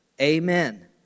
Amen